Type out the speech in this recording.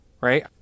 right